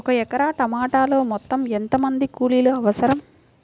ఒక ఎకరా టమాటలో మొత్తం ఎంత మంది కూలీలు అవసరం?